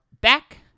back